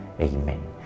Amen